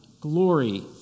Glory